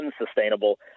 unsustainable